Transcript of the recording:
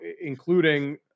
including